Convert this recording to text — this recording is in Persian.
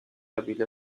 قبیله